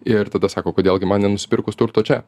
ir tada sako kodėl gi man nenusipirkus turto čia